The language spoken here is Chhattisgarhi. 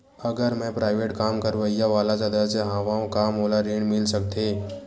अगर मैं प्राइवेट काम करइया वाला सदस्य हावव का मोला ऋण मिल सकथे?